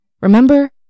Remember